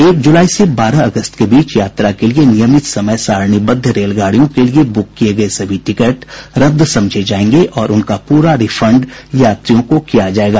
एक जुलाई से बारह अगस्त के बीच यात्रा के लिए नियमित समय सारणीबद्ध रेलगाडियों के लिए बुक किए गए सभी टिकट रद्द समझे जाएंगे और उनका पूरा रिफंड यात्रियों को किया जाएगा